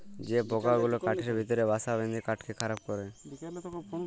যে পকা গুলা কাঠের ভিতরে বাসা বাঁধে কাঠকে খারাপ ক্যরে